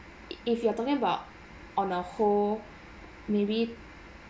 if you are talking about on a whole maybe